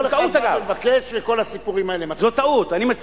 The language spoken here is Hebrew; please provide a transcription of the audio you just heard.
זו טעות, אגב.